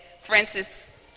Francis